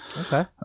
Okay